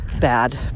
bad